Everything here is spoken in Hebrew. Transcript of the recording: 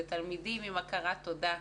ותלמידים עם הכרת תודה.